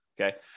Okay